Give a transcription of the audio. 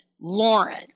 Lauren